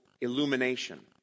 illumination